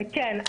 כן.